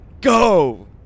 go